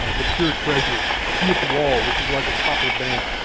ah the pure treasury. see its wall, which is like a copper band.